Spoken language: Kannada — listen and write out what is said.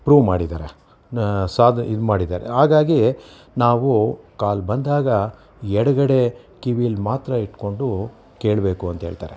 ಪ್ರೂವ್ ಮಾಡಿದ್ದಾರೆ ಸಾ ಇದು ಮಾಡಿದ್ದಾರೆ ಹಾಗಾಗಿ ನಾವು ಕಾಲ್ ಬಂದಾಗ ಎಡಗಡೆ ಕಿವಿಯಲ್ಲಿ ಮಾತ್ರ ಇಟ್ಕೊಂಡು ಕೇಳಬೇಕು ಅಂತ ಹೇಳ್ತಾರೆ